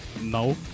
No